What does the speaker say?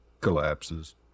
collapses